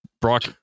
brock